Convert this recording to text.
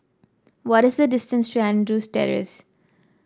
what is the distance to Andrews Terrace